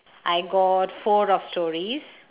I got four of stories